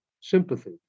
sympathy